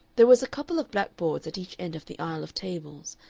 there was a couple of blackboards at each end of the aisle of tables,